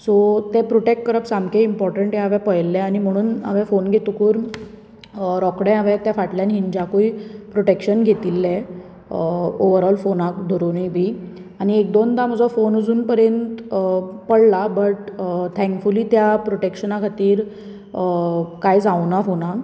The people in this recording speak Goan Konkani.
सो ते प्रोटेक्ट करप सामके इंपोरटंट हे हांवें पळयल्लें म्हणून हांवें फोन घेतकच तें रोकडें हांवें त्या हिंजाकूय प्रोटेक्शन घेतिल्लें ओवरॉल फोनाक धरूनय बी आनी एक दोनदां म्हजे फोन अजून पर्यंत पडलां बट थॅकफुली त्या प्रोटेक्शना खातीर कांय जावना फोनाक